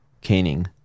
caning